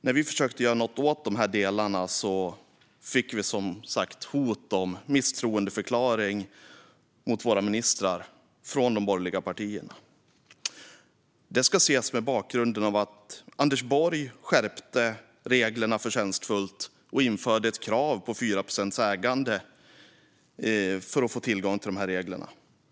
När vi försökte göra något åt dessa delar fick vi som sagt hot om misstroendeförklaring mot våra ministrar från de borgerliga partierna. Det ska ses mot bakgrunden att Anders Borg förtjänstfullt skärpte reglerna och införde ett krav på 4 procents ägande för att man ska få tillgång till reglerna.